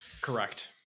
Correct